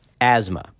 asthma